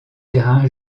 terrains